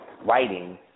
writing